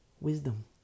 Wisdom